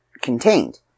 contained